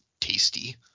tasty